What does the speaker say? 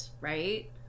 right